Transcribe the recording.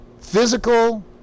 physical